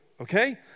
okay